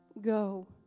go